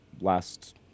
last